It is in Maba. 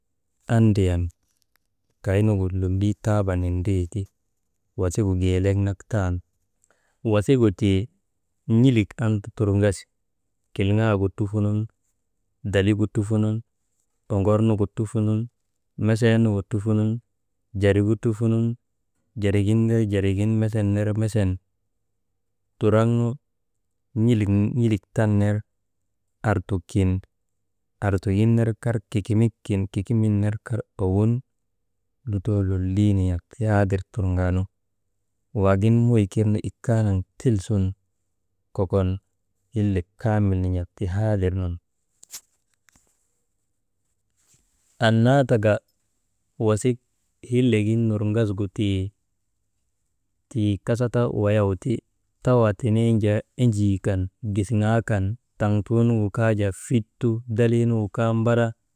Andriyan kaynugu lolii taaba nindrii ti, wasigu gelek nak taan wasigu n̰ilik an turŋasi, kilŋaagu trufunun daligu trufunun, ŋornugu trufunun, mesee nugu trufunun jarigu trufunun, jarigin ner, jarigin mesen ner mesen turaŋnu n̰ilik, n̰ilik tan ner artuk kin artugin ner kar kikimik kin, kikimigin ner kar owun lutoo lolii nin̰ak ti haadir turŋaanu, waagin hez kir nu ikaanak kokon tilsun hillek kaamil nin̰ak ti haadir nun, annaa taka wasik hillegin nurŋasgu tii «hesitation» kasa ta wayaw ti, tawaa teneen jaa enjii kan, gisiŋaa kan taŋtuunugu kaa fit su dalii nungu kaa mbara.